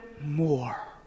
more